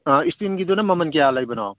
ꯏꯁꯇꯤꯜꯒꯤꯗꯨꯅ ꯃꯃꯟ ꯀꯌꯥ ꯂꯩꯕꯅꯣ